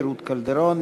רות קלדרון,